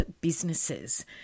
businesses